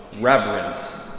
reverence